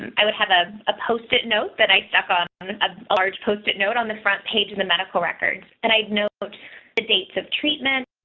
i would have a post-it note that i stuck on um a large post-it note on the front page of the medical records and i'd note the dates of treatment,